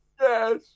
Yes